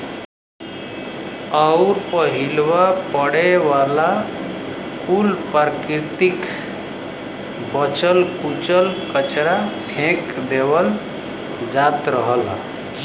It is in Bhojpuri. अउर पहिलवा पड़े वाला कुल प्राकृतिक बचल कुचल कचरा फेक देवल जात रहल